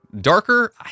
darker